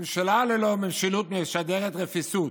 ממשלה ללא משילות משדרת רפיסות.